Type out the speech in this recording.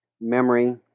memory